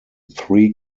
three